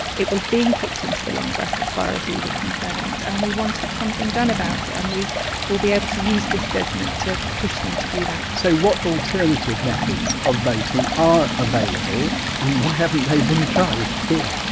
it was being kicked into the long grass as far as we were concerned and we wanted something done about it and we will be able to use this judgement to push them to do that. whiteso, so what alternative methods of voting are available and why haven't they been tried here?